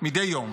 מדי יום.